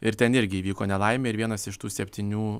ir ten irgi įvyko nelaimė ir vienas iš tų septynių